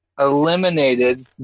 Eliminated